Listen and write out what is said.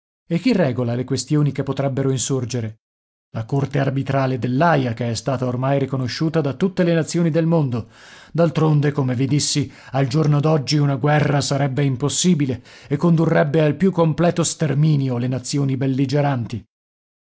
e chi regola le questioni che potrebbero insorgere la corte arbitrale dell'aia che è stata ormai riconosciuta da tutte le nazioni del mondo d'altronde come vi dissi al giorno d'oggi una guerra sarebbe impossibile e condurrebbe al più completo sterminio le nazioni belligeranti